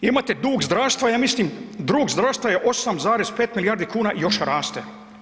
Imate dug zdravstva, ja mislim, dug zdravstva je 8,5 milijardi kuna i još raste.